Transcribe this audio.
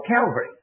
Calvary